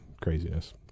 craziness